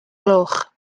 gloch